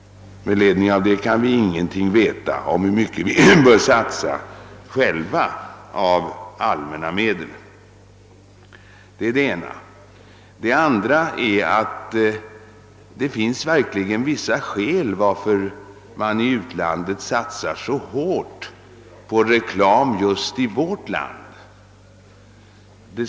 Med ledning av denna uppgift kan vi därför ingenting veta om hur mycket vi själva bör satsa av allmänna medel. Det finns vidare verkligen vissa skäl till att man i utlandet satsar så hårt på reklam just i vårt land.